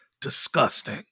disgusting